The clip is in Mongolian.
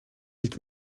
хэлж